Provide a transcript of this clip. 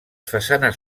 façanes